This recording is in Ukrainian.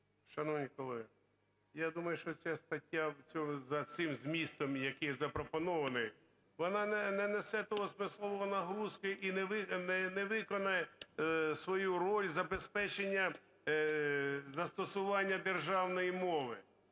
Шановні колеги, я думаю, що ця стаття, за цим змістом, який запропонований, вона не несе тієї смислової нагрузки і не виконає свою роль з забезпечення застосування державної мови.